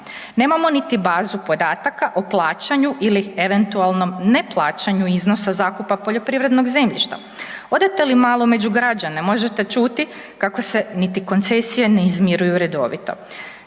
Nemamo niti bazu podataka o plaćanju ili eventualnom neplaćanju iznosa zakupa poljoprivrednog zemljišta. Odete li malo među građane možete čuti kako se niti koncesije ne izmiruju redovito.